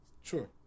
Sure